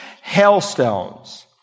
hailstones